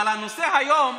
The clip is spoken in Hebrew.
אבל הנושא היום,